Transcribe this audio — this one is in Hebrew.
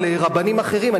אבל רבנים אחרים,